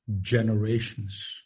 generations